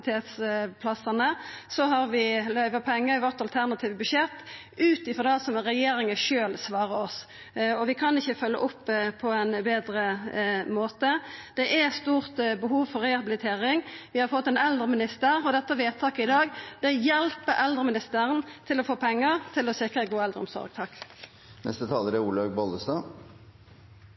vårt, ut frå det som regjeringa sjølv svara oss. Vi kan ikkje følgja opp på ein betre måte. Det er stort behov for rehabilitering, vi har fått ein eldreminister, og dette vedtaket i dag hjelper eldreministeren til å få pengar til å sikra ei god eldreomsorg.